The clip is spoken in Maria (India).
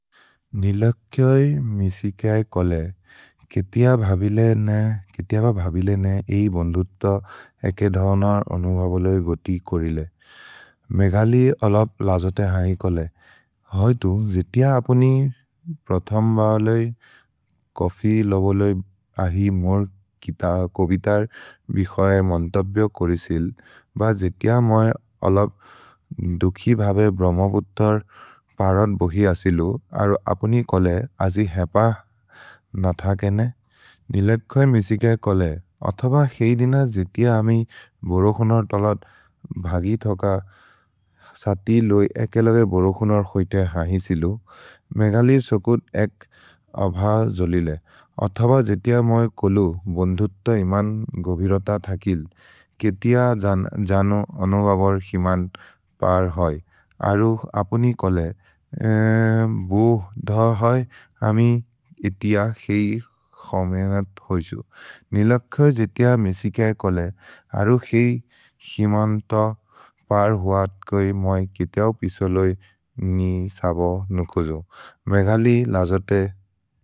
निलक्यै मिसिकै कोले, केतिअ भबिले ने, केतिअ भबिले ने, एइ बोन्दुत्त एके धनर् अनुभवोले गोति कोरिले। मेघलि अलप् लजते है कोले, हैतु जेतिअ अप्नि प्रथम् बलेइ, कफि लबोलेइ अहि मोर् कित, कोवितर् विखरेम् अन्तव्यो कोरिसिल्। भ जेतिअ मोइ अलप् दुखि भबे भ्रह्मपुत्र परत् बोहि असिलु, अरो अप्नि कोले अजि हेप न थकेने। निलक्यै मिसिकै कोले, अथब हेइ दिन जेतिअ अमि बोरोकुनोर् तलत् भगि थोक, सति लोइ एके लगे बोरोकुनोर् होइते हहि सिलु, मेघलिर् सोकुद् एक् अभ जोलिले। अथब जेतिअ मोइ कोले, बोन्दुत्त इमन् गोबिरत थकिल्, केतिअ जनो अनुभवोर् हिमन्त् पर् है, अरो अप्नि कोले, बो ध है, अमि एतिअ हेइ खमेनत् होजो। निलक्यै जेतिअ मिसिकै कोले, अरो हेइ हिमन्त पर् हुअत् कोइ मोइ केतिअ पिसो लोइ नि सबो नुकोजो। मेघलि नजते।